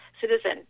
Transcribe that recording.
citizen